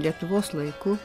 lietuvos laiku